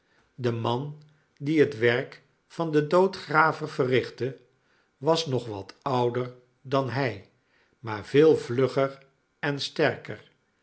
de man die het werk van den doodgraver verrichtte was nog wat ouder dan hij maar veel vlugger en sterker